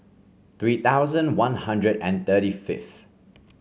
three thousand One Hundred and thirty fifth